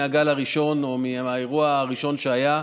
מהגל הראשון או מהאירוע הראשון שהיה.